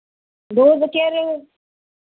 दूध केह रेट